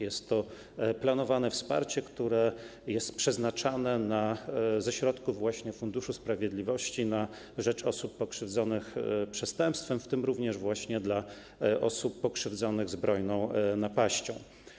Jest to planowane wsparcie, które jest przeznaczane ze środków Funduszu Sprawiedliwości na rzecz osób pokrzywdzonych przestępstwem, w tym również osób pokrzywdzonych zbrojną napaścią.